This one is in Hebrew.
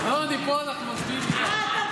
לא נתקבלה.